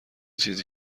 چیزی